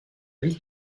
ville